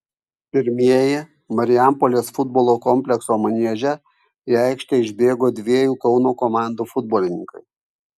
pirmieji marijampolės futbolo komplekso manieže į aikštę išbėgo dviejų kauno komandų futbolininkai